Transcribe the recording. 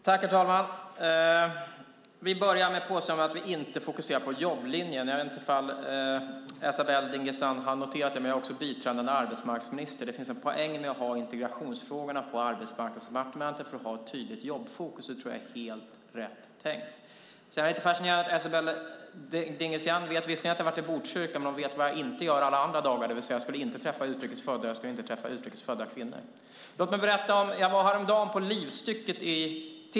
Herr talman! Vi börjar med påståendet att vi inte fokuserar på jobblinjen. Jag vet inte ifall Esabelle Dingizian har noterat det, men jag är också biträdande arbetsmarknadsminister. Det finns en poäng med att ha integrationsfrågorna på Arbetsmarknadsdepartementet för att ha ett tydligt jobbfokus. Det tror jag är helt rätt tänkt. Sedan är jag lite fascinerad över att Esabelle Dingizian tydligen vet att jag har varit i Botkyrka och vet vad jag inte gör alla andra dagar, det vill säga att jag inte skulle träffa utrikesfödda och inte utrikesfödda kvinnor. Låt mig berätta! Jag var häromdagen på Livstycket i Tensta.